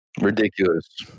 ridiculous